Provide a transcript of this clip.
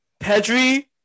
Pedri